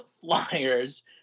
flyers